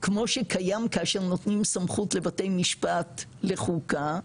כמו שקיים כאשר נותנים סמכות לבתי משפט לחוקה,